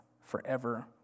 forever